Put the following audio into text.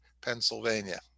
Pennsylvania